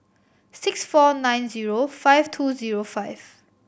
six four nine zero five two zero five